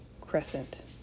crescent